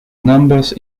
numbers